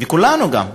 וכולנו גם,